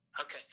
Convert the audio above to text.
Okay